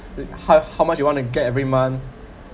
then how much you want to get every month